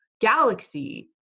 galaxy